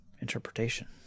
interpretation